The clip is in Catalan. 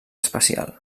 especial